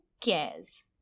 cares